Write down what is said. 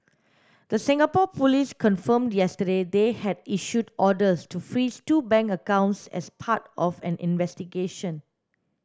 the Singapore police confirmed yesterday they had issued orders to freeze two bank accounts as part of an investigation